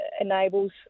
enables